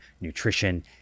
nutrition